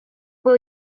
will